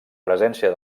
presència